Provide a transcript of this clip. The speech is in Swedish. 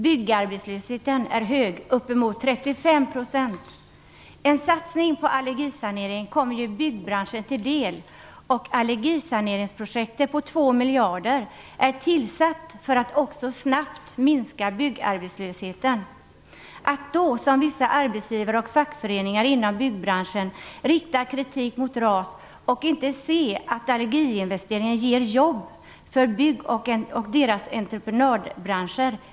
Byggarbetslösheten är hög, ca 35 %. En satsning på allergisanering kommer byggbranschen till del. Allergisaneringsprojektet på 2 miljarder kronor är tillsatt för att också snabbt minska byggarbetslösheten. Det är då inte bra att vissa arbetsgivare och fackföreningar inom byggbranschen riktar kritik mot RAS och inte ser att allergiinvesteringen ger jobb för byggbranschen och dess entreprenörer.